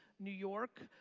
new york.